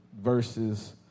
verses